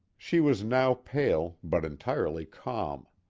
she was now pale, but entirely calm.